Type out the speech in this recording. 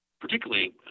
particularly